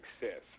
success